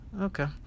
Okay